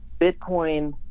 Bitcoin